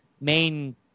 main